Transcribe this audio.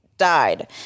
died